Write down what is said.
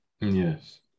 Yes